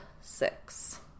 six